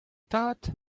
tad